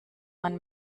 man